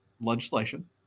legislation